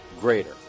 greater